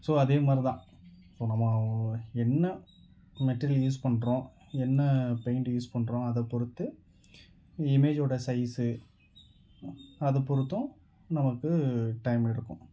so அதே மாதிரி தான் இப்போது நம்ம என்ன மெட்டீரியல் யூஸ் பண்ணுறோம் என்ன பெயிண்ட் யூஸ் பண்ணுறோம் அதை பொறுத்து இமேஜோட சைஸு அதை பொருத்தும் நமக்கு டைம் எடுக்கும்